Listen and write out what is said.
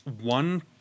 one